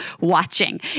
watching